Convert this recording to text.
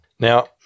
Now